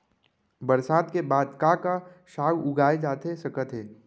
बरसात के बाद का का साग उगाए जाथे सकत हे?